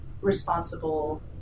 responsible